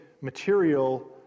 material